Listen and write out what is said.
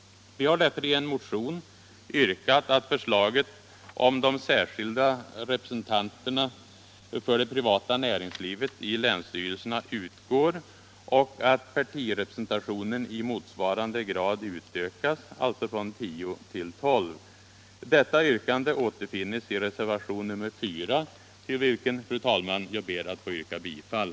Vi har därför i en motion yrkat att förslaget om de särskilda representanterna för det privata näringslivet i länsstyrelserna utgår och att partirepresentationen i motsvarande grad utökas, alltså från tio till tolv. Detta yrkande återfinns i reservationen 4, till vilken jag, fru talman, ber att få yrka bifall.